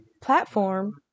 platform